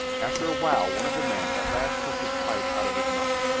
after a while one of the men at last took his pipe out of his mouth.